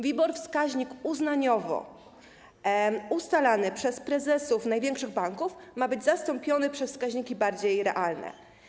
WIBOR, wskaźnik uznaniowo ustalany przez prezesów największych banków, ma być zastąpiony przez wskaźniki bardziej realne.